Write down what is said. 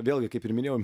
vėlgi kaip ir minėjau